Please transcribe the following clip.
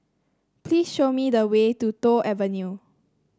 please show me the way to Toh Avenue